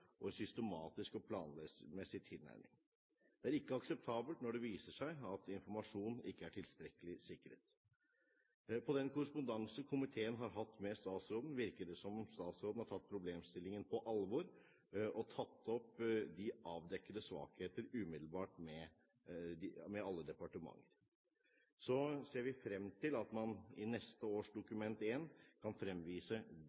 og en systematisk og planmessig tilnærming. Det er ikke akseptabelt når det viser seg at informasjon ikke er tilstrekkelig sikret. På den korrespondansen komiteen har hatt med statsråden, virker det som om statsråden har tatt problemstillingen på alvor og tatt opp de avdekkede svakheter umiddelbart med alle departementer. Så ser vi frem til at man i neste års